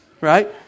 Right